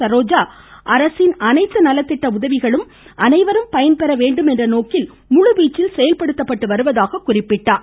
சரோஜா அரசின் அனைத்து நலத்திட்ட உதவிகளும் அனைவரும் பயன்பெற வேண்டும் என்ற நோக்கில் முழுவீச்சில் செயல்படுத்தப்பட்டு வருவதாக கூறினார்